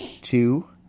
two